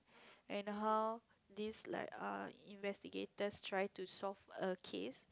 and how this like err investigators try to solve a case